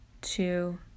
two